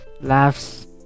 laughs